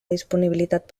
disponibilitat